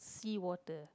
sea water